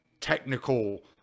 technical